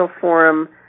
forum